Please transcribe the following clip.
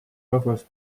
rahvas